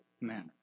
manner